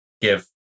give